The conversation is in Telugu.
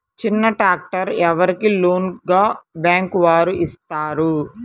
చిన్న ట్రాక్టర్ ఎవరికి లోన్గా బ్యాంక్ వారు ఇస్తారు?